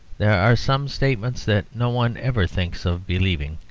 there are some statements that no one ever thinks of believing,